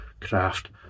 craft